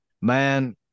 man